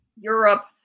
Europe